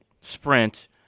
sprint